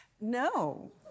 No